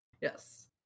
Yes